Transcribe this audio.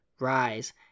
Rise